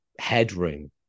headroom